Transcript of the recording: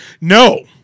No